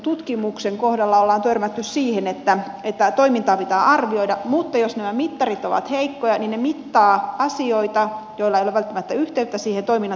tutkimuksen kohdalla on törmätty siihen että toimintaa pitää arvioida mutta jos nämä mittarit ovat heikkoja niin ne mittaavat asioita joilla ei ole välttämättä yhteyttä siihen toiminnan tuloksellisuuteen